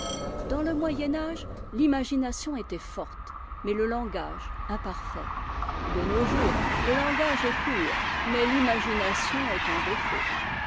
dans le moyen âge l'imagination était forte mais le langage imparfait de nos jours le langage est pur mais l'imagination est en défaut